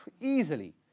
Easily